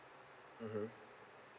mmhmm